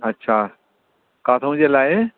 अछा किथां जे लाइ